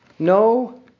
No